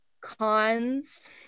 cons